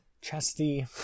chesty